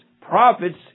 Prophets